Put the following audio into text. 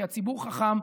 כי הציבור חכם,